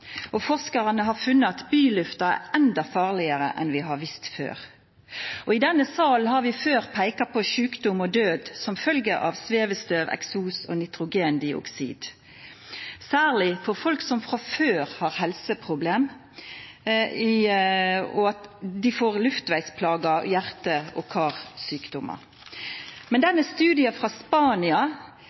og forskarane har funne at bylufta er endå farlegare enn vi har visst før. I denne salen har vi før peika på sjukdom og død som følgje av svevestøv, eksos og nitrogendioksid, NO2 – særleg for folk som frå før har helseproblem, ved at dei får luftvegsplager, hjarte- og karsjukdomar. I studien frå Spania